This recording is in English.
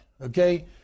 okay